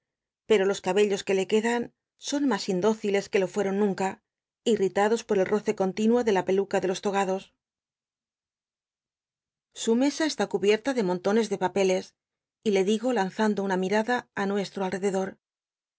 pero los cabellos que le quedan son mas indóciles que lo fueon nunca irritados por el roce continuo de la peluca de los togados j su mesa está cubierta de montones le papeles y le digo lanzando una mirada á nuestro alrededor